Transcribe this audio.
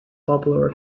popular